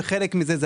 וחלק מהן,